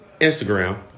Instagram